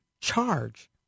charge